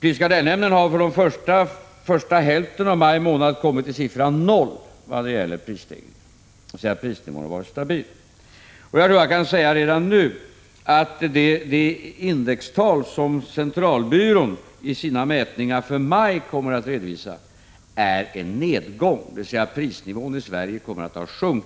Prisoch kartellnämnden har för första hälften av maj kommit till siffran 0 vad gäller prisstegringen, dvs. prisnivån har varit stabil. Jag kan redan nu säga att det indextal som statistiska centralbyrån i sina mätningar för maj kommer att ange redovisar en nedgång. Prisnivån i Sverige kommer alltså